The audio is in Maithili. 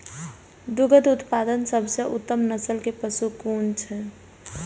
दुग्ध उत्पादक सबसे उत्तम नस्ल के पशु कुन छै?